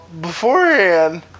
beforehand